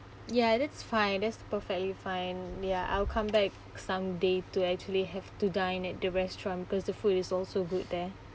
ya that's fine that's perfectly fine ya I'll come back some day to actually have to dine at the restaurant because the food is also good there